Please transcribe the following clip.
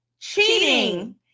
cheating